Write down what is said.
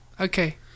Okay